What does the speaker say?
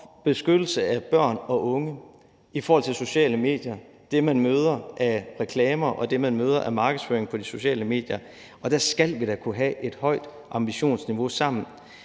beskyttelse af børn og unge i forhold til sociale medier – det, man møder af reklamer, og det, man møder af markedsføring på de sociale medier – og der skal vi da kunne have et højt ambitionsniveau sammen.